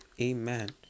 amen